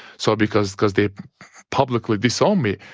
so because because they publicly disowned me.